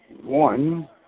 one